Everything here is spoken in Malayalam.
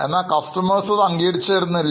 എന്നാൽ ഉപഭോക്താവ് അത് അംഗീകരിച്ചു തരുന്നില്ല